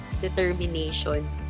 determination